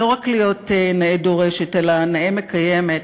לא רק להיות נאה דורשת, אלא נאה מקיימת,